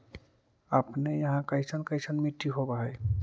अपने यहाँ कैसन कैसन मिट्टी होब है?